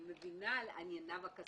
אני מבינה שמעבירים מידע על ענייניו הכספיים,